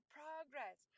progress